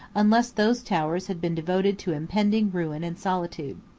unless those towers had been devoted to impending ruin and solitude.